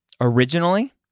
originally